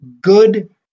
good